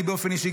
אני באופן אישי,